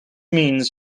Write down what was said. means